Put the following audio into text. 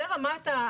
זו רמת האמינות,